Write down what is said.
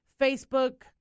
Facebook